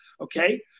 okay